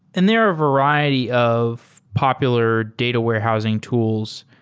and there are variety of popular data warehousing tools,